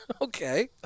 Okay